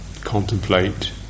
contemplate